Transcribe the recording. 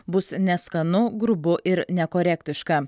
bus neskanu grubu ir nekorektiška